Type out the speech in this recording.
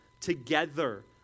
together